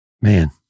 man